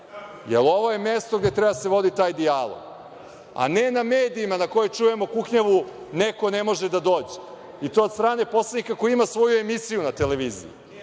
jer ovo je mesto gde treba da se vodi taj dijalog, a ne na medijima, na kojima čujemo kuknjavu neko ne može da dođe, i to od strane poslanika koji ima svoju emisiju na televiziji.